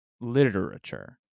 literature